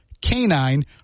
Canine